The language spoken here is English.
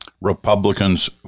Republicans